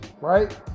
right